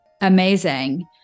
amazing